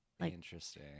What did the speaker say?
Interesting